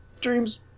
dreams